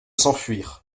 s’enfuir